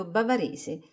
Bavarese